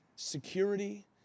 security